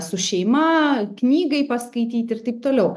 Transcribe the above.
su šeima knygai paskaityti ir taip toliau